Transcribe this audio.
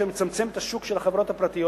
אשר מצמצם את השוק של החברות הפרטיות